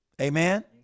Amen